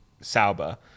Sauber